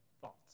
thoughts